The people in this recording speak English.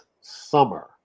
summer